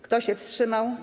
Kto się wstrzymał?